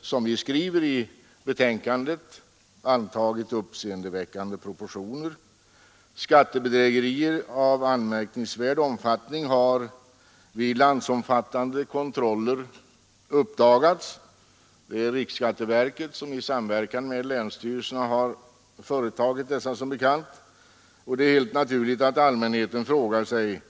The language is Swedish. Som vi skriver i betänkandet har skatteflykten antagit uppseendeväckande proportioner, och skattebedrägerier av anmärkningsvärd omfattning har uppdagats vid landsomfattande kontroller. Det är som bekant riksskatteverket som i samverkan med länsstyrelserna har företagit dessa kontroller. Det är också helt naturligt att allmänheten frågar sig